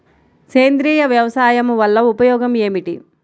సేంద్రీయ వ్యవసాయం వల్ల ఉపయోగం ఏమిటి?